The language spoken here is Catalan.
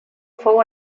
fou